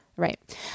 Right